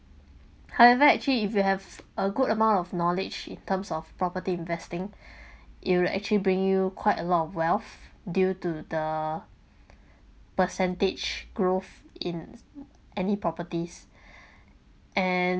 however actually if you have a good amount of knowledge in terms of property investing it will actually bring you quite a lot of wealth due to the percentage growth in any properties and